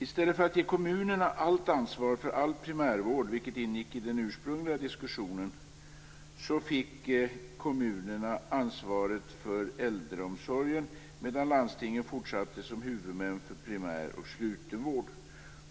I stället för att ge kommunerna allt ansvar för all primärvård, vilket ingick i den ursprungliga diskussionen, fick kommunerna ansvaret för äldreomsorgen medan landstingen fortsatte som huvudmän för primär och slutenvård.